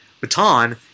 baton